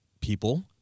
people